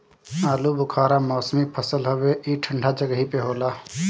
आलूबुखारा मौसमी फल हवे ई ठंडा जगही पे होला